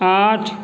आठ